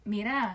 Mira